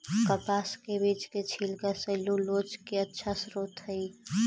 कपास के बीज के छिलका सैलूलोज के अच्छा स्रोत हइ